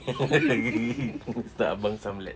mister abang samled